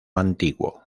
antiguo